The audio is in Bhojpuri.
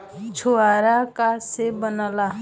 छुआरा का से बनेगा?